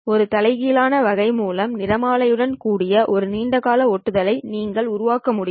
ஒரு தலைகீழான வகை மூலம் நிறமாலை உடன் கூடிய ஒரு நீண்ட கால ஒட்டுதலை நீங்கள் உருவாக்க முடியும்